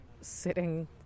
sitting